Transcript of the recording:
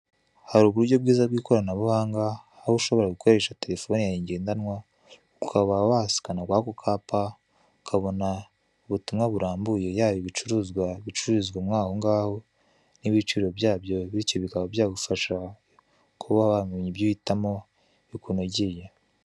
Hari uburyo bwiza bw'ikoranabuhanga aho ushobora gukoresha telephone yawe ngendanwa ukaba wasikana kwako kapa, ukabona ubutumwa burambuye, yaba ibicuruzwa bicururizwa aho ngaho n'ibiciro byabyo bityo bikaba byagufasha kuba wamenya ibyo wahitamo bikunogeye.